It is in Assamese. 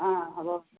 অঁ হ'ব